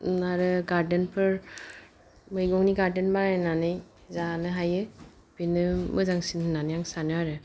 आरो गार्डेनफोर मैगंनि गार्डेन बानायनानै जानो हायो बेनो मोजांसिन होननानै आं सानो आरो